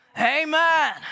Amen